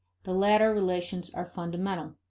the latter relations are fundamental.